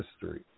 history